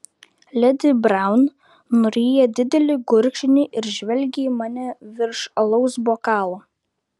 ledi braun nuryja didelį gurkšnį ir žvelgia į mane virš alaus bokalo